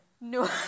No